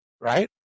right